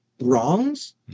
wrongs